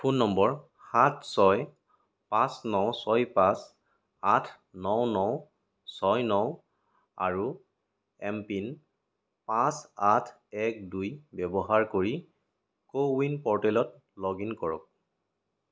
phone নম্বৰ সাত ছয় পাঁচ ন ছয় পাঁচ আঠ ন ন ছয় ন আৰু এম পিন পাঁচ আঠ এক দুই ব্যৱহাৰ কৰি ক'ৱিন প'ৰ্টেলত লগ ইন কৰক